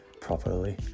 Properly